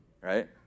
right